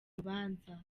urubanza